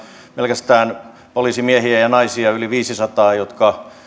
pelkästään poliisimiehiä ja ja naisia yli viisisataa jotka